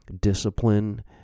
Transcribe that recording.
discipline